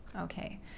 Okay